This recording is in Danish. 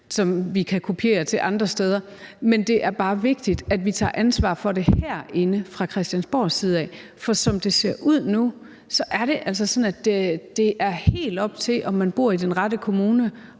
som vi kan kopiere til andre steder. Men det er bare vigtigt, at vi tager ansvar for det herinde fra Christiansborg, for som det ser ud nu, handler det om at bo i den rette kommune,